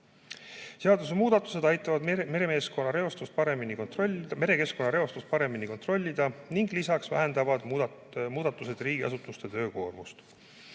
Seadusemuudatused aitavad merekeskkonna reostust paremini kontrollida ning lisaks vähendavad muudatused riigiasutuste töökoormust.